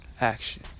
action